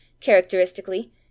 characteristically